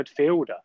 midfielder